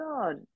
God